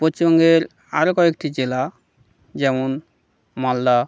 পশ্চিমবঙ্গের আরও কয়েকটি জেলা যেমন মালদা